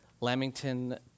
Lamington